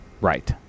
Right